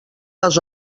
les